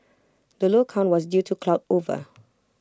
the low count was due to cloud over